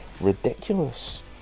ridiculous